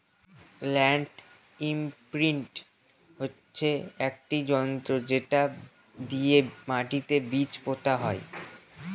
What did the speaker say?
land imprint হচ্ছে একটি যন্ত্র যেটা দিয়ে মাটিতে বীজ পোতা হয়